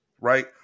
right